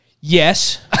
Yes